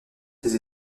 tes